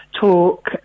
talk